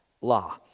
law